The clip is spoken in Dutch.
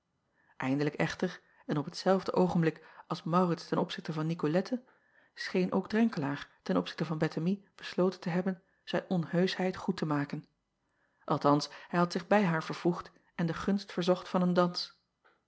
indelijk echter en op hetzelfde oogenblik als aurits ten opzichte van icolette scheen ook renkelaer ten opzichte van ettemie besloten te hebben zijn onheuschheid goed te maken althans hij had zich bij haar vervoegd en de gunst verzocht van een dans